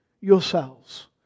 yourselves